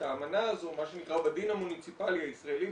האמנה הזאת בדין המוניציפלי הישראלי,